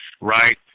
Right